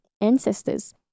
ancestors